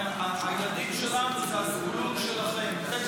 הילדים שלנו זה הזבולון שלכם.